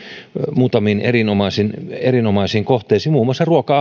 muutamiin erinomaisiin erinomaisiin kohteisiin muun muassa ruoka